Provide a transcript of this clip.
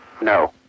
No